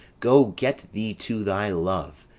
go get thee to thy love,